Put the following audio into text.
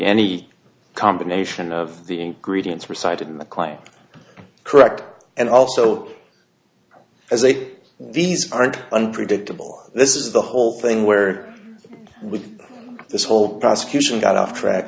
any combination of the ingredients were cited in the claim correct and also as a these aren't unpredictable this is the whole thing where with this whole prosecution got off track